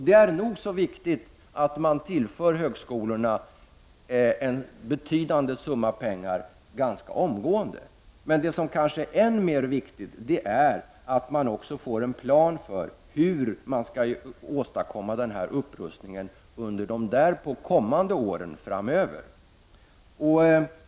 Det är nog så viktigt att man tillför högskolorna en betydande summa pengar ganska omgående, men det som kanske är än mer viktigt är att man också får en plan för hur man skall åstadkomma denna upprustning under de därpå kommande åren.